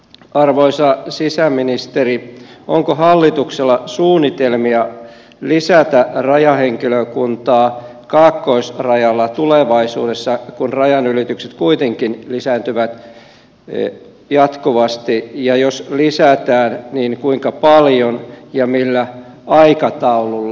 arvoisa sisäministeri onko hallituksella suunnitelmia lisätä rajahenkilökuntaa kaakkoisrajalla tulevaisuudessa kun rajanylitykset kuitenkin lisääntyvät jatkuvasti ja jos lisätään niin kuinka paljon ja millä aikataululla